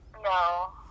No